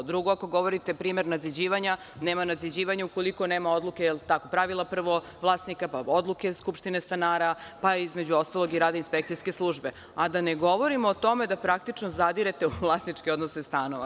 Drugo, ako govorite primer nadziđivanja, nema nadziđivanja ukoliko nema odluke vlasnika, pa odluke skupštine stanara, pa između ostalog i rada inspekcijske službe, a da ne govorimo o tome da praktično zadirete u vlasničke odnose stanova.